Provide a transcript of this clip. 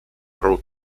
pro